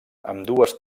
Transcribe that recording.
ambdues